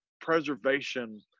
preservation